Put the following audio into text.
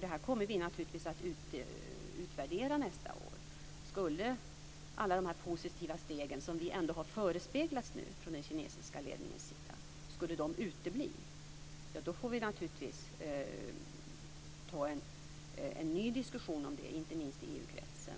Det här kommer vi naturligtvis att utvärdera nästa år. Skulle alla de här positiva stegen, som vi nu har förespeglats från den kinesiska ledningens sida, utebli får vi naturligtvis ta en ny diskussion om det, inte minst i EU-kretsen.